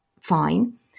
fine